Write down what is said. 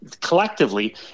Collectively